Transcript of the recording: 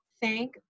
Thank